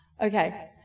Okay